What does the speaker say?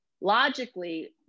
Logically